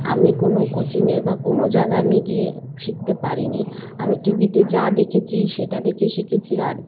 আমি কোনো কোচিংয়ে বা কোনো জায়গায় আমি গিয়ে শিখতে পারিনি আমি টিভিতে যা দেখেছি সেটা দেখেই শিখেছি আর